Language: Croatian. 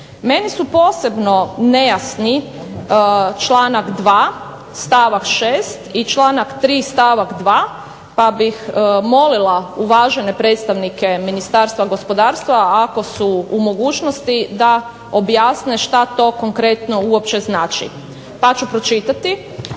Meni su posebno nejasni članak 2. stavak 6. i članak 3. stavak 2. pa bih molila uvažene predstavnike Ministarstva gospodarstva ako su u mogućnosti da objasne što to konkretno uopće znači. Pa ću pročitati,